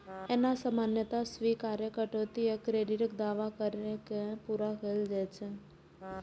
एना सामान्यतः स्वीकार्य कटौती आ क्रेडिटक दावा कैर के पूरा कैल जाइ छै